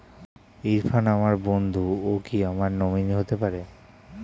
ইরফান আমার বন্ধু ও কি আমার নমিনি হতে পারবে?